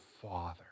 Father